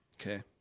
Okay